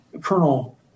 Colonel